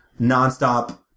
nonstop